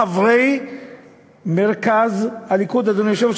חברי מרכז הליכוד, אדוני היושב-ראש.